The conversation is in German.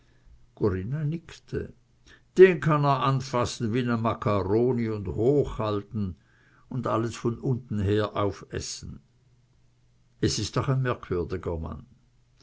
corinna nickte den kann er anfassen wie ne makkaroni und hochhalten und alles von unten her aufessen es ist doch ein merkwürdiger mann